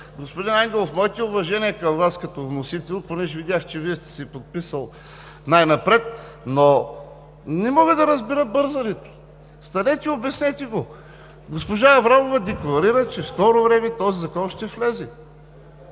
Господин Ангелов, моите уважения към Вас като вносител, понеже видях, че Вие сте се подписал най-отпред, но не мога да разбера бързането. Станете, обяснете го! Госпожа Аврамова декларира, че в скоро време този закон ще влезе,